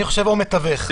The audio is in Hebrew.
אני חושב "או מתווך".